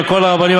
על כל הרבנים,